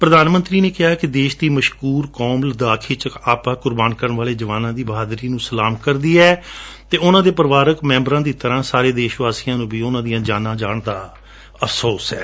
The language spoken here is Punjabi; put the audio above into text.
ਪ੍ਰਧਾਨ ਮੰਤਰੀ ਨੇ ਕਿਹਾ ਕਿ ਦੇਸ਼ ਦੀ ਮਸ਼ਕੂਰ ਕੌਮ ਲੱਦਾਖ ਵਿਚ ਆਪਾ ਕੁਰਬਾਨ ਕਰਣ ਵਾਲੇ ਜਵਾਨਾ ਦੀ ਬਹਾਦਰੀ ਨੂੰ ਸਲਾਮ ਕਰਦੀ ਹੈ ਅਤੇ ਉਨੂਾਂ ਦੇ ਪਰਿਵਾਰਕ ਮੈਂਬਰਾਂ ਦੀ ਤਰੂਾਂ ਸਾਰੇ ਦੇਸ਼ ਵਾਸੀਆਂ ਨੂੰ ਉਨੂਾਂ ਦੀਆਂ ਜਾਨਾਂ ਜਾਣ ਦਾ ਅਫਸੋਸ ਹੈ